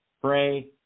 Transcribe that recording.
pray